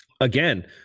again